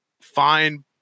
fine